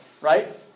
right